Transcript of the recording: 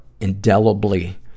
indelibly